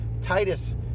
Titus